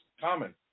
common